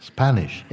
Spanish